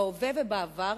בהווה ובעבר,